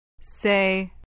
Say